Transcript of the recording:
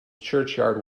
churchyard